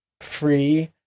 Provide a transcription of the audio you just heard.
free